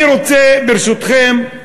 אני רוצה, ברשותכם,